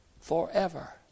forever